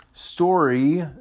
Story